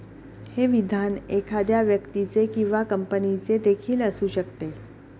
हे विधान एखाद्या व्यक्तीचे किंवा कंपनीचे देखील असू शकते